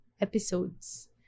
episodes